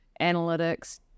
analytics